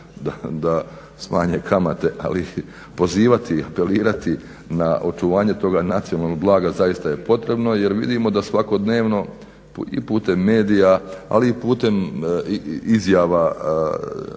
da smanje kamate, ali pozivati, apelirati na očuvanje toga nacionalnog blaga zaista je potrebno jer vidimo da svakodnevno i putem medija, ali i putem izjava